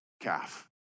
calf